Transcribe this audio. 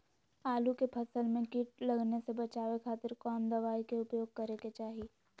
आलू के फसल में कीट लगने से बचावे खातिर कौन दवाई के उपयोग करे के चाही?